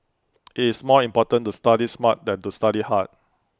IT is more important to study smart than to study hard